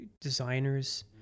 designers